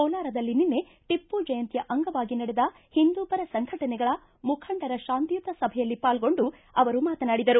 ಕೋಲಾರದಲ್ಲಿ ನಿನ್ನೆ ಟಿಪ್ಪು ಜಯಂತಿಯ ಅಂಗವಾಗಿ ನಡೆದ ಹಿಂದೂಪರ ಸಂಘಟನೆಗಳ ಮುಖಂಡರ ಶಾಂತಿಯುತ ಸಭೆಯಲ್ಲಿ ಪಾಲ್ಗೊಂಡು ಅವರು ಮಾತನಾಡಿದರು